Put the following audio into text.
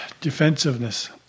defensiveness